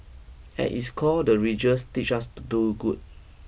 at its core the religious teaches us to do good